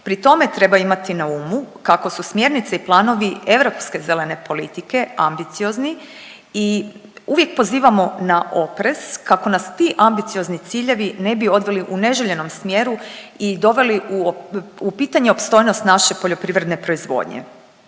Pri tome treba imati na umu kako su smjernice i planovi europske zelene politike ambiciozni i uvijek pozivamo na oprez kako nas ti ambiciozni ciljevi ne bi odveli u neželjenom smjeru i doveli u pitanje opstojnost naše poljoprivredne proizvodnje.